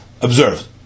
observed